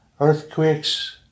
Earthquakes